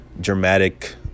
Dramatic